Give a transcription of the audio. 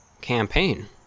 campaign